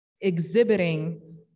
exhibiting